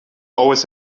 always